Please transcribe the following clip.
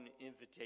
invitation